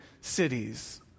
cities